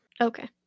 Okay